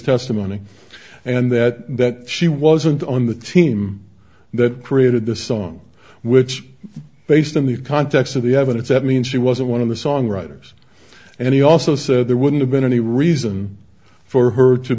testimony and that she wasn't on the team that created the song which based on the context of the evidence that means she wasn't one of the songwriters and he also said there wouldn't have been any reason for her to